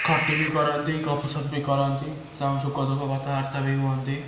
ଖଟି ବି କରନ୍ତି ଗପସପ ବି କରନ୍ତି ସେମାନେ ସୁଖ ଦୁଃଖ କଥାବାର୍ତ୍ତା ବି ହୁଅନ୍ତି